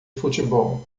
futebol